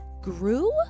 grew